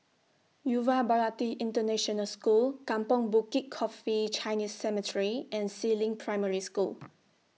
Yuva Bharati International School Kampong Bukit Coffee Chinese Cemetery and Si Ling Primary School